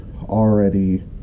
already